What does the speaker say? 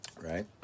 Right